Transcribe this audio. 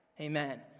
Amen